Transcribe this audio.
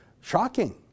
Shocking